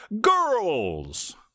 girls